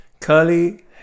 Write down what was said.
Curly